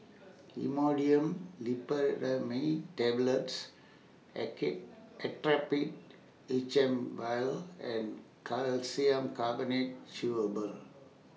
Imodium Loperamide Tablets Actrapid H M Vial and Calcium Carbonate Chewable